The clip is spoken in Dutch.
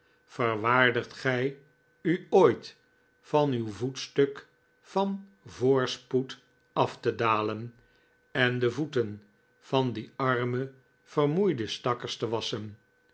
verwaardigt gij u ooit van uw voetstuk van voorspoed af te dalen en de voeten van die arme vermoeide stakkers te wasschen